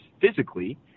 physically